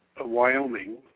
Wyoming